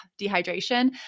dehydration